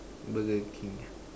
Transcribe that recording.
Burger-King ah